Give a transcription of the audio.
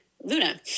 Luna